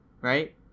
right